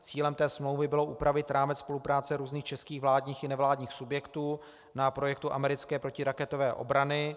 Cílem té smlouvy bylo upravit rámec spolupráce různých českých vládních i nevládních subjektů na projektu americké protiraketové obrany.